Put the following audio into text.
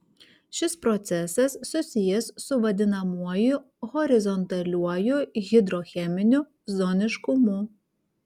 šis procesas susijęs su vadinamuoju horizontaliuoju hidrocheminiu zoniškumu